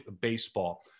Baseball